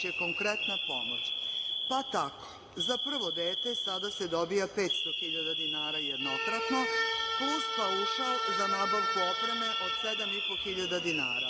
Tako za prvo dete sada se dobija 500.000 dinara jednokratno, plus paušal za nabavku opreme od 7.500 dinara.